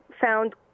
found